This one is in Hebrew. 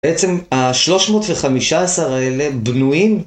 בעצם השלוש מאות וחמישה עשר האלה בנויים.